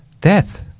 death